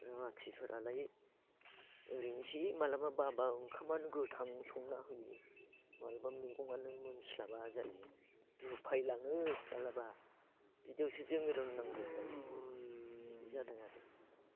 रुवाथिफोरालाय ओरैनोसै माब्लाबा ओंखामानो गोथांबो संना होयो माब्लाबा मैगङानो मोनस्लाबा जायो दुफायलाङो माब्लाबा बिदियावसो जोङो रोंनादोंलाय बिदि जादों आरो